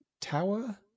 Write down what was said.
tower